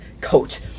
coat